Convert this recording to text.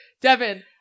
Devin